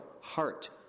heart